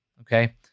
okay